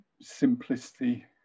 simplicity